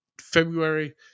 february